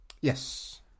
yes